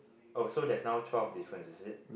oh so there's now twelve differences is it